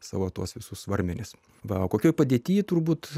savo tuos visus svarmenis va kokioje padėtyje turbūt